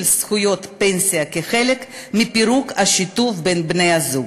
זכויות פנסיה כחלק מפירוק השיתוף בין בני-הזוג.